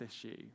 issue